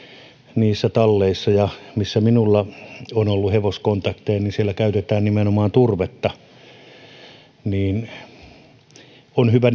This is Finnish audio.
niissä talleissa missä minulla on ollut hevoskontakteja käytetään nimenomaan turvetta on hyvä